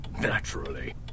Naturally